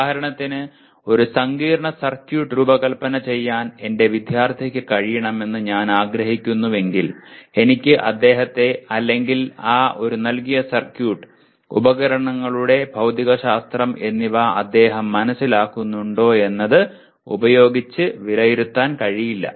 ഉദാഹരണത്തിന് ഒരു സങ്കീർണ്ണ സർക്യൂട്ട് രൂപകൽപ്പന ചെയ്യാൻ എന്റെ വിദ്യാർത്ഥിക്ക് കഴിയണമെന്ന് ഞാൻ ആഗ്രഹിക്കുന്നുവെങ്കിൽ എനിക്ക് അദ്ദേഹത്തെ അല്ലെങ്കിൽ ഒരു നൽകിയ സർക്യൂട്ട് ഉപകരണങ്ങളുടെ ഭൌതികശാസ്ത്രം എന്നിവ അദ്ദേഹം മനസ്സിലാക്കുന്നുണ്ടോ എന്നത് ഉപയോഗിച്ച് വിലയിരുത്താൻ കഴിയില്ല